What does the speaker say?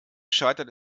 scheitert